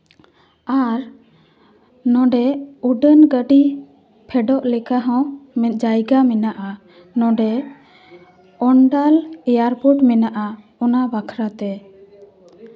ᱟᱨ ᱱᱚᱸᱰᱮ ᱩᱰᱟᱹᱱ ᱜᱟᱹᱰᱤ ᱯᱷᱮᱰᱚᱜ ᱞᱮᱠᱟᱦᱚᱸ ᱡᱟᱭᱜᱟ ᱢᱮᱱᱟᱜᱼᱟ ᱱᱚᱸᱰᱮ ᱚᱱᱰᱟᱞ ᱮᱭᱟᱨᱯᱳᱨᱴ ᱢᱮᱱᱟᱜᱼᱟ ᱚᱱᱟ ᱵᱟᱠᱷᱨᱟ ᱛᱮ